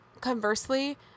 conversely